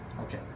Okay